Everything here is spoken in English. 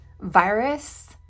virus